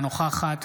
אינה נוכחת